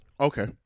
Okay